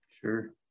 Sure